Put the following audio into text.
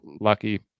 lucky